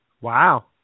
Wow